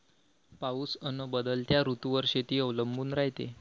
पाऊस अन बदलत्या ऋतूवर शेती अवलंबून रायते